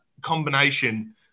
combination